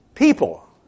people